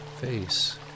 face